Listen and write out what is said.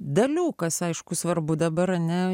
dalių kas aišku svarbu dabar ne